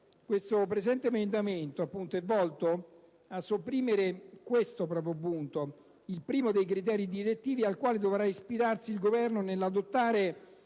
Il presente emendamento è volto a sopprimere questo punto, il primo dei criteri direttivi al quale dovrà ispirarsi il Governo nell'adottare